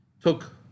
took